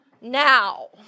now